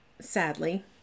sadly